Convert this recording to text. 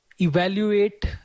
evaluate